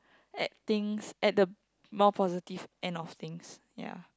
at things at the more positive end of things ya